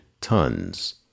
tons